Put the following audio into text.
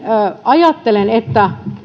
ajattelen että jo